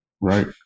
right